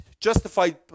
justified